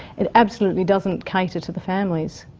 it absolutely doesn't cater to the families.